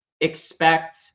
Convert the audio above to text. expect